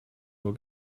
uhr